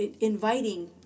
inviting